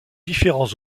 différents